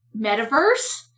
metaverse